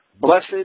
Blessed